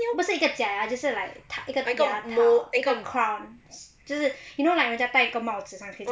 不是一个假牙就是 like 他一个 mold 一个 crown 就是 you know like 人家戴个帽子上去